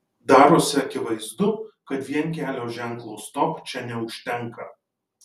darosi akivaizdu kad vien kelio ženklo stop čia neužtenka